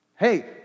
Hey